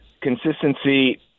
consistency